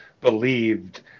believed